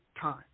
time